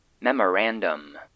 Memorandum